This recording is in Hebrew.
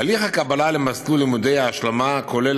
הליך הקבלה למסלול לימודי ההשלמה כולל